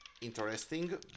interesting